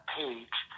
page